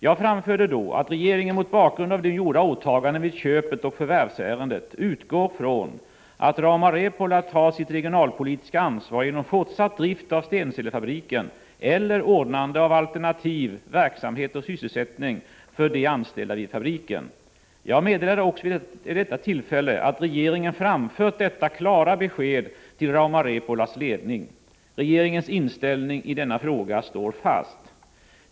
Jag framförde då att regeringen mot bakgrund av gjorda åtaganden vid köpet och förvärvsärendet utgår från att Rauma Repola tar sitt regionalpolitiska ansvar genom fortsatt drift av Stenselefabriken eller ordnande av alternativ verksamhet och sysselsättning för de anställda vid fabriken. Jag meddelade också vid detta tillfälle att regeringen framfört detta klara besked till Rauma Repolas ledning. Regeringens inställning i denna fråga står fast.